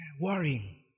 Worrying